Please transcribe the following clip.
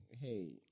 Hey